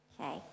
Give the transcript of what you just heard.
okay